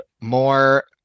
more